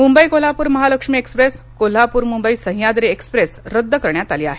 Mumbai Kolhapur Mahalakshmi express Kolhapur Mumbai Sahyadri express रद्द करण्यात आली आहे